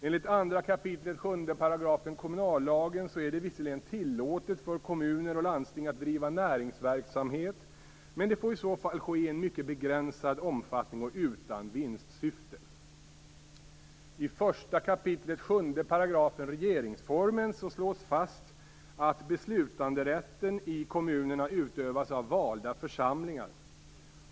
Enligt 2 kap. 7 § kommunallagen är det visserligen tillåtet för kommuner och landsting att driva näringsverksamhet, men det får i så fall ske i en mycket begränsad omfattning och utan vinstsyfte. 1 kap. 7 § regeringsformen slår fast att beslutanderätten i kommunerna utövas av valda församlingar.